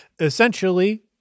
Essentially